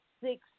six